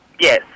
Yes